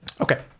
Okay